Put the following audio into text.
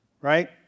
Right